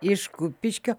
iš kupiškio